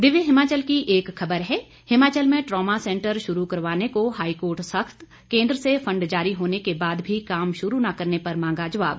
दिव्य हिमाचल की एक खबर है हिमाचल में ट्रामा सेंटर शुरू करवाने को हाईकोर्ट सख्त केंद्र से फंड जारी होने के बाद भी काम शुरू न करने पर मांगा जवाब